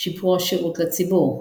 שיפור השירות לציבור.